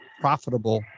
profitable